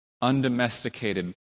undomesticated